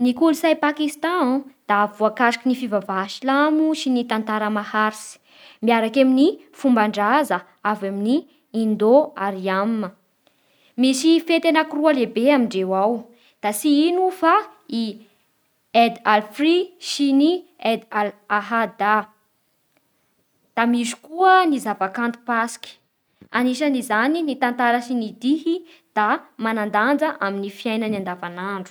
Ny kolotsay Pakistan da voakasikin'ny fivavaha silamo sy ny tantara maharitsy miaraka amin'ny fomban-draza avy amin'ny indo aryan. Misy fety anakiroa lehibe amindreo ao, da tsy ino fa ny eid al frit sy ny eid al ahada Da misy koa ny zava-kanto pasiky anisan'izany ny tantara sy ny dihy da manandanja amin'ny fiainany andavan'andro